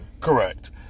correct